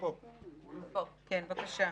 בבקשה.